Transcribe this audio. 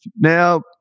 Now